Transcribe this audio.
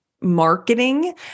marketing